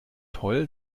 toll